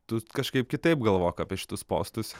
tu kažkaip kitaip galvok apie šitus postus